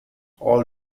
all